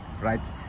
right